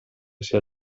sia